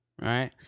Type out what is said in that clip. Right